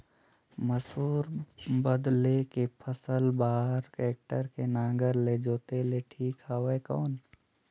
मसूर बदले के फसल बार टेक्टर के नागर ले जोते ले ठीक हवय कौन?